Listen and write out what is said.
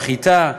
חיטה,